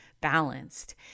balanced